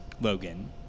Logan